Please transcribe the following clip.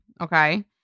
Okay